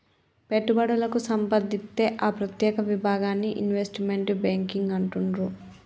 పెట్టుబడులకే సంబంధిత్తే ఆ ప్రత్యేక విభాగాన్ని ఇన్వెస్ట్మెంట్ బ్యేంకింగ్ అంటుండ్రు